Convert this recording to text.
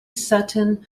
sutton